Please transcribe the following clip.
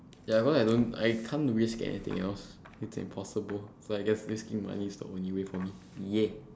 ya cause I don't I can't risk anything else it's impossible so I guess risking money is the only way for me ya